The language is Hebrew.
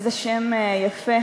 איזה שם יפה